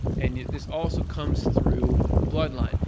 and this also comes through blood line,